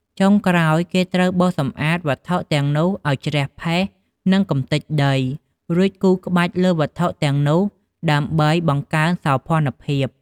ចុងក្រោយគេត្រូវបោសសម្អាតវត្ថុទាំងនោះឲ្យជ្រះផេះនិងកម្ទេចដី រួចគូរក្បាច់លើវត្ថុទាំងនោះដើម្បីបង្កើនសោភណ្ឌភាព។